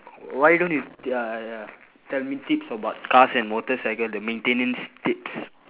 why don't you ya ya tell me tips about cars and motorcycles the maintenance tips